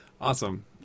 Awesome